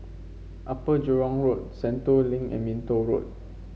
Upper Jurong Road Sentul Link and Minto Road